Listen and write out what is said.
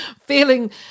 feeling